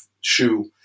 shoe